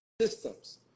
Systems